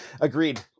Agreed